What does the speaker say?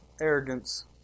arrogance